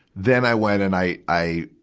then i went and i, i,